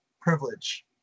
privilege